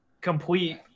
complete